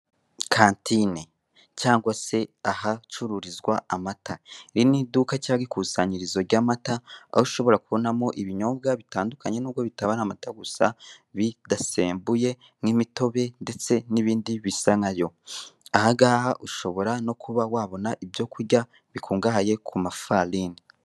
Kantine cyangwa se ahacururizwa amata, iri ni n'iduka cyangwa ikusanyirizo ry'amata aho ushobora kubonamo ibinyobwa bitandukanye n'ubwo bitaba ari amata gusa bidasembuye nk'imitobe ndetse n'ibindi bisa nkayo. Ahangaha ushobora no kuba wabona ibyo kurya bikungahaye ku mafarini.